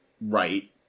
right